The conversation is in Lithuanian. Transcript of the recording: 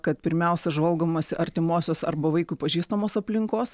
kad pirmiausia žvalgomasi artimosios arba vaikui pažįstamos aplinkos